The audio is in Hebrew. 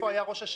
מה קרה בסופה,